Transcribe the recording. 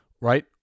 right